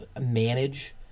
manage